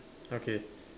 okay